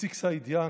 איציק סעידיאן,